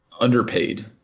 underpaid –